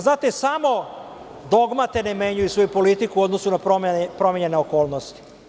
Znate, samo dogmate ne menjaju svoju politiku u odnosu na promenjene okolnosti.